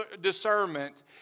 discernment